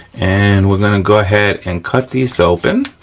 and we're gonna go ahead and cut these open.